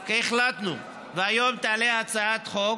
החלטנו, והיום תעלה הצעת חוק